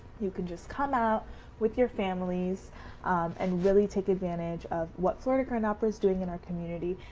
you can just come out with your families and really take advantage of what florida grand opera is doing in our community,